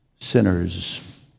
sinners